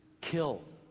killed